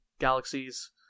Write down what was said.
galaxies